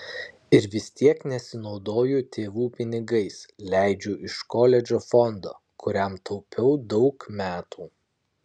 ir vis tiek nesinaudoju tėvų pinigais leidžiu iš koledžo fondo kuriam taupiau daug metų